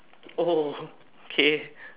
oh okay